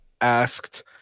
asked